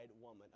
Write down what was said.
woman